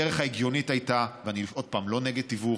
הדרך ההגיונית הייתה, ושוב, אני לא נגד תיווך,